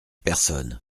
personnes